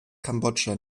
kambodscha